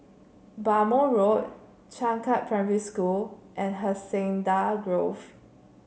Bhamo Road Changkat Primary School and Hacienda Grove